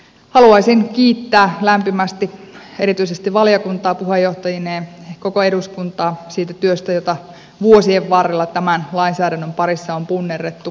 haluaisin kiittää lämpimästi erityisesti valiokuntaa puheenjohtajineen koko eduskuntaa siitä työstä jota vuosien varrella tämän lainsäädännön parissa on punnerrettu